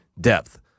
depth